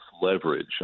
leverage